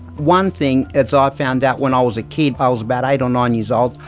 one thing, as ah i found out when i was a kid, i was about eight or nine years old,